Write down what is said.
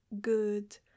good